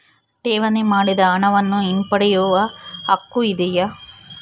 ಠೇವಣಿ ಮಾಡಿದ ಹಣವನ್ನು ಹಿಂಪಡೆಯವ ಹಕ್ಕು ಇದೆಯಾ?